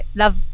love